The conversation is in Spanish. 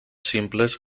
simples